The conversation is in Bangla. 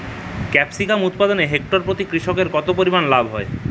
ক্যাপসিকাম উৎপাদনে হেক্টর প্রতি কৃষকের কত পরিমান লাভ হয়?